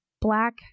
black